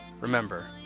Remember